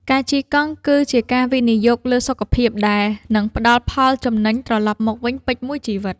ការជិះកង់ គឺជាការវិនិយោគលើសុខភាពដែលនឹងផ្ដល់ផលចំណេញត្រលប់មកវិញពេញមួយជីវិត។